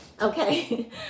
okay